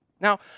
Now